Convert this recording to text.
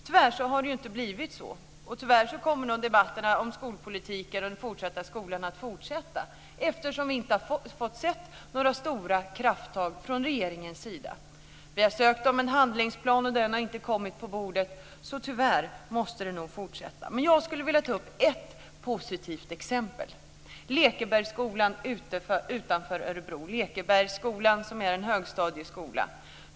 Tyvärr har det inte blivit så, och tyvärr kommer nog debatterna som skolpolitiken och skolan att fortsätta. Vi har nämligen inte fått se några stora krafttag från regeringens sida. Vi har efterfrågat en handlingsplan, men den har inte kommit på bordet, så tyvärr måste debatterna fortsätta. Jag skulle vilja ta upp ett positivt exempel. Det gäller Lekebergsskolan utanför Örebro. Det är en högstadieskola.